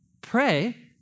pray